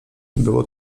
było